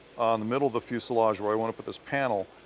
in the middle of the fuselage where i want to put this panel.